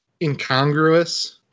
incongruous